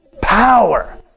Power